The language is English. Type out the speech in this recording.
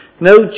No